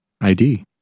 ID